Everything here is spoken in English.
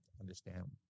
understand